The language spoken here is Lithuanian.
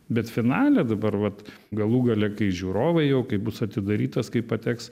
bet finale dabar vat galų gale kai žiūrovai jau kai bus atidarytas kai pateks